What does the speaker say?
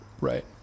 Right